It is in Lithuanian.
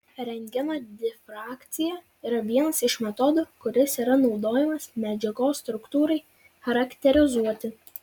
rentgeno difrakcija yra vienas iš metodų kuris yra naudojamas medžiagos struktūrai charakterizuoti